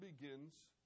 begins